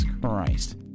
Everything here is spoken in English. Christ